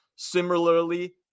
similarly